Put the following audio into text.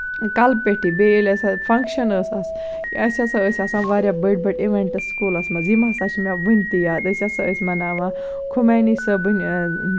کَلہٕ پیٚٹھی بیٚیہِ ییٚلہِ ہسا فَنکشن ٲس آسان اَسہِ ہسا ٲسۍ آسان واریاہ بٔڈۍ بٔڈۍ اِیوینٛٹٕس سکوٗلَس منٛز یِم ہسا چھِ مےٚ وُںہِ تہِ یاد أسۍ ہسا ٲسۍ مَناوان خُمینی صٲبٕنۍ